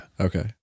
Okay